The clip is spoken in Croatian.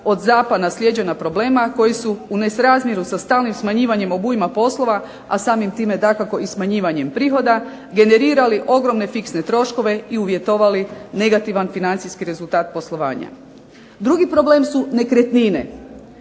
od ZAP-a naslijeđena problema koji su u nesrazmjeru sa stalnim smanjivanjem obujma poslova a samim time i smanjivanjem prihoda generirali ogromne fiksne troškove i uvjetovali negativan financijski rezultat poslovanja. Drugi problem su nekretnine,